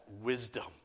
wisdom